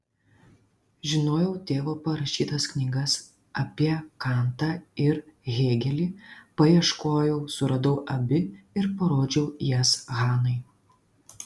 žinojau tėvo parašytas knygas apie kantą ir hėgelį paieškojau suradau abi ir parodžiau jas hanai